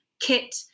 kit